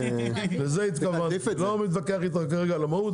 לא מתווכח איתך כרגע על המהות,